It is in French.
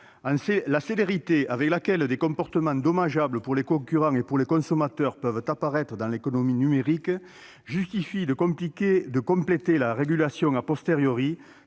La célérité avec laquelle des comportements dommageables pour les concurrents et pour les consommateurs peuvent apparaître dans l'économie numérique justifie de compléter la régulation, celle